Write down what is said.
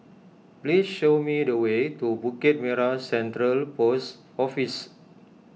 please show me the way to Bukit Merah Central Post Office